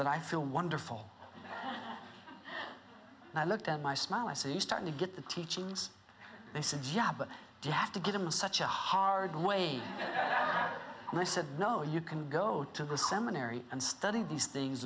that i feel wonderful i looked at my smile i see you start to get the teachings they said yeah but you have to give them such a hard way and i said no you can go to the seminary and study these things